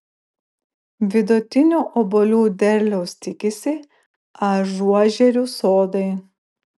vidutinio obuolių derliaus tikisi ažuožerių sodai